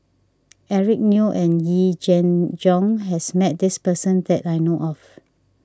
Eric Neo and Yee Jenn Jong has met this person that I know of